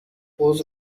حوض